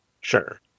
Sure